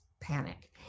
panic